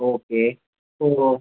okay പൂവോ